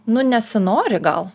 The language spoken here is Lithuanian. nu nesinori gal